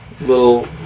little